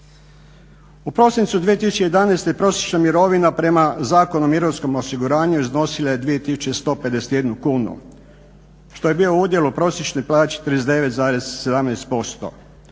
U prosincu 2011. prosječna mirovina prema Zakonu o mirovinskom osiguranju iznosila je 2151 kunu, što je bio udjel u prosječnoj plaći 39,17%.